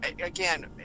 again